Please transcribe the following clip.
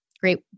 Great